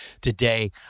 today